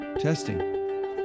Testing